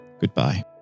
goodbye